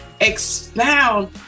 expound